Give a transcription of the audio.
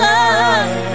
Love